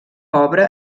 obra